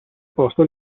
posto